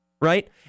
right